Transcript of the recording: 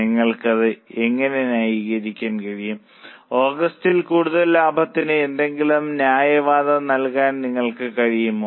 നിങ്ങൾക്ക് അത് എങ്ങനെ ന്യായീകരിക്കാൻ കഴിയും ഓഗസ്റ്റിലെ കൂടുതൽ ലാഭത്തിന് എന്തെങ്കിലും ന്യായവാദം നൽകാൻ നിങ്ങൾക്ക് കഴിയുമോ